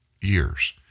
years